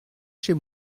chez